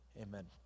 amen